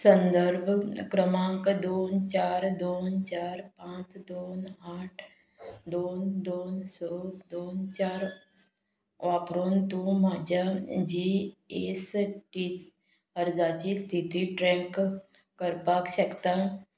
संदर्भ क्रमांक दोन चार दोन चार पांच दोन आठ दोन दोन स दोन चार वापरून तूं म्हज्या जी एस टी अर्जाची स्थिती ट्रॅक करपाक शकता